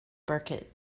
burkett